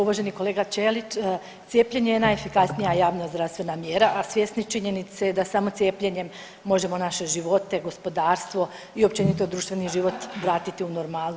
Uvaženi kolega Ćelić, cijepljenje je najefikasnija javna zdravstvena mjera, a svjesni činjenice da samo cijepljenjem možemo naše živote, gospodarstvo i općenito društveni život vratiti u normalu.